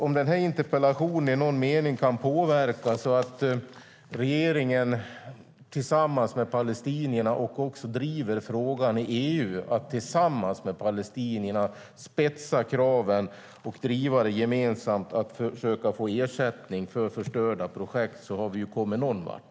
Om den här interpellationen i någon mening kan påverka så att regeringen tillsammans med palestinierna också driver frågan i EU att tillsammans med palestinierna spetsa kraven och gemensamt driva att försöka få ersättning för förstörda projekt har vi ju kommit någon vart.